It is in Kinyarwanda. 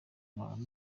abantu